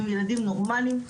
הם ילדים נורמליים,